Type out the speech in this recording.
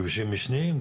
כבישים משניים,